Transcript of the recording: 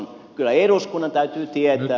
kyllä eduskunnan täytyy tietää